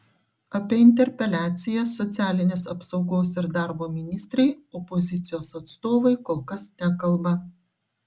apie interpeliaciją socialinės apsaugos ir darbo ministrei opozicijos atstovai kol kas nekalba